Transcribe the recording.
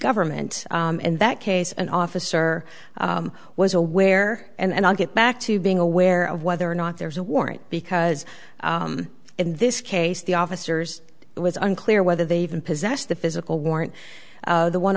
government in that case an officer was aware and i'll get back to being aware of whether or not there was a warrant because in this case the officers it was unclear whether they even possessed the physical warrant the one